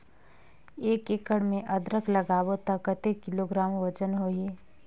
एक एकड़ मे अदरक लगाबो त कतेक किलोग्राम वजन होही?